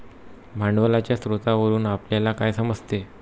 भांडवलाच्या स्रोतावरून आपल्याला काय समजते?